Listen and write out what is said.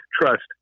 trust